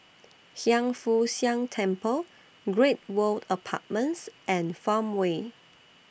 Hiang Foo Siang Temple Great World Apartments and Farmway